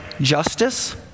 justice